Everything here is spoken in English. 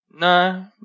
no